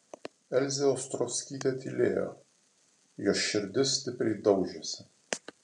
elzė ostrovskytė tylėjo jos širdis stipriai daužėsi